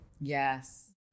Yes